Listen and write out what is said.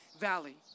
valley